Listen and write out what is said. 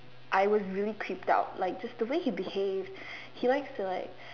I was really creeped out like just the way he behaved he likes to like